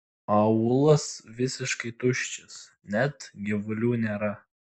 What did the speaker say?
aūlas visiškai tuščias net gyvulių nėra